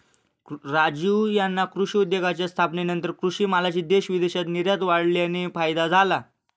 राजीव यांना कृषी उद्योगाच्या स्थापनेनंतर कृषी मालाची देश विदेशात निर्यात वाढल्याने फायदा झाला